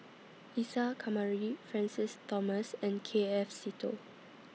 Isa Kamari Francis Thomas and K F Seetoh